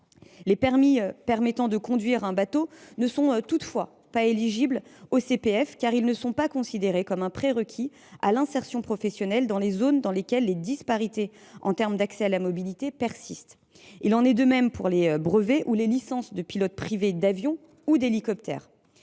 Les permis permettant de conduire un bateau ne sont toutefois pas éligibles au CPF, car ils ne sont pas considérés comme un prérequis à l’insertion professionnelle dans les zones dans lesquelles les disparités en matière d’accès à la mobilité persistent. Il en est de même pour les brevets ou licences de pilote privé d’avion ou d’hélicoptère.